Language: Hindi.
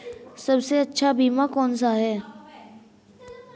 सबसे अच्छा बीमा कौन सा है?